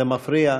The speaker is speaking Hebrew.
זה מפריע.